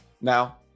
Now